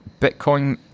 Bitcoin